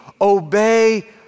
obey